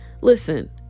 Listen